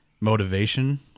motivation